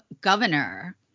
governor